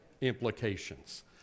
Implications